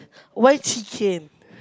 why chicken